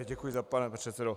Děkuji, pane předsedo.